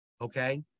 Okay